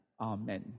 Amen